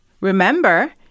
Remember